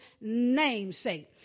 namesake